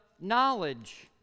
knowledge